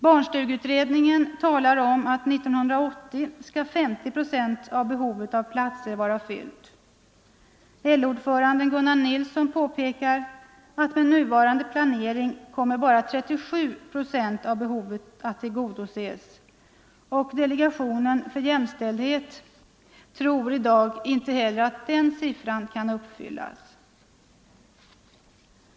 Barnstugeutredningen talar om att 1980 skall 50 procent av behovet av platser vara fyllt. LO-ordföranden Gunnar Nilsson påpekar att med nuvarande planering bara 37 procent av behovet kommer att tillgodoses, och delegationen för jämställdhet tror i dag att inte heller den siffran kan uppfyllas.